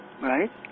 Right